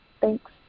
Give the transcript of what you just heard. Thanks